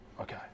okay